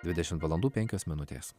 dvidešimt valandų penkios minutės